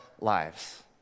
lives